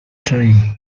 three